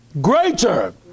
Greater